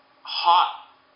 hot